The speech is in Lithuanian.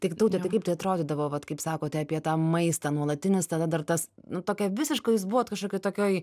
tai taute kaip tai atrodydavo vat kaip sakote apie tą maistą nuolatinis tada dar tas nu tokia visiškai jūs buvot kažkokioj tokioj